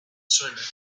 suena